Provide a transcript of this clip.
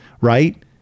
right